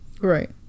Right